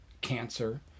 cancer